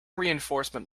reinforcement